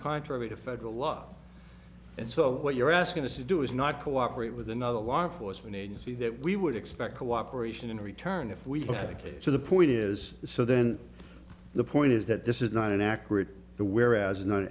contrary to federal law and so what you're asking us to do is not cooperate with another law enforcement agency that we would expect cooperation in return if we had a case to the point is so then the point is that this is not an accurate the whereas i